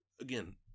again